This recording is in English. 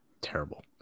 terrible